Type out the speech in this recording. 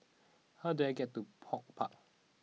how do I get to HortPark